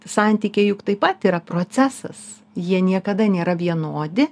santykiai juk taip pat yra procesas jie niekada nėra vienodi